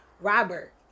Robert